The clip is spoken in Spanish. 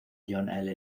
john